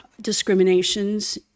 discriminations